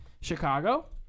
Chicago